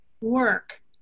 work